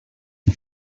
got